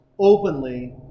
openly